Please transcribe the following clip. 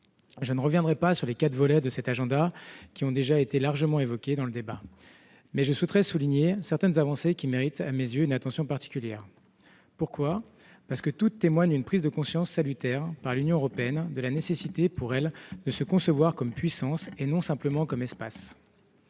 Je ne rappellerai pas les quatre volets de cet agenda qui ont déjà été largement évoqués dans le débat, mais je souhaiterais souligner certaines avancées qui méritent, à mes yeux, une attention particulière. Pourquoi ? Parce que toutes témoignent d'une prise de conscience salutaire, par l'Union européenne, de la nécessité pour elle de se concevoir comme puissance, et non simplement comme espace.